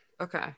okay